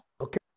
okay